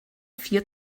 vier